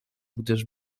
gdyż